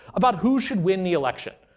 about who should win the election.